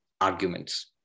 arguments